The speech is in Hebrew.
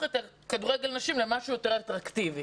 את כדורגל הנשים למשהו יותר אטרקטיבי.